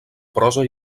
prosa